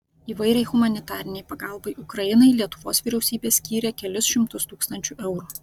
įvairiai humanitarinei pagalbai ukrainai lietuvos vyriausybė skyrė kelis šimtus tūkstančių eurų